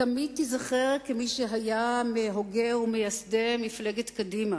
תמיד תיזכר כמי שהיה מהוגי וממייסדי מפלגת קדימה,